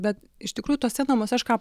bet iš tikrųjų tuose namuose aš ką